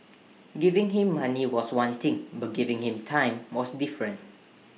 giving him money was one thing but giving him time was different